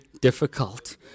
difficult